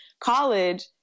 college